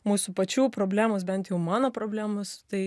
mūsų pačių problemos bent jau mano problemos tai